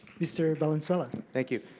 mr. valenzuela. thank you.